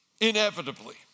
Inevitably